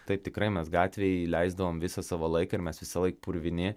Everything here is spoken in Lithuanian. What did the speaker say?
taip tikrai mes gatvėj leisdavom visą savo laiką ir mes visąlaik purvini